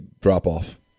drop-off